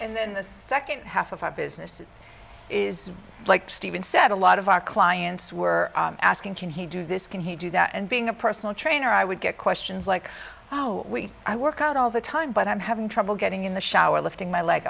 and the second half of our business is like stephen said a lot of our clients were asking can he do this can he do that and being a personal trainer i would get questions like oh i work out all the time but i'm having trouble getting in the shower lifting my l